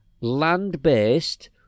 land-based